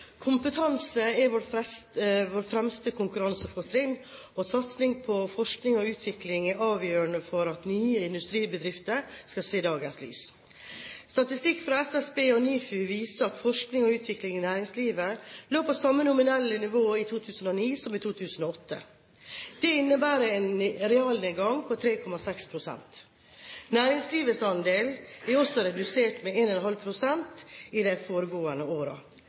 fremste konkurransefortrinn, og satsing på forskning og utvikling er avgjørende for at nye industribedrifter skal se dagens lys. Statistikk fra SSB og NIFU viser at forskning og utvikling i næringslivet lå på samme nominelle nivå i 2009 som i 2008. Det innebærer en realnedgang på 3,6 pst. Næringslivets andel er redusert med 1,5 pst. i de foregående årene. En